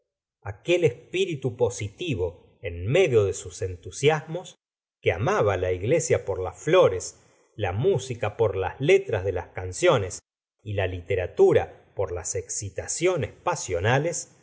aquel espíritu positivo en medio de sus entusiasmos que amaba la iglesia por las flores la müsica por la letra de las canciones y la literatura por las excitaciones pasionales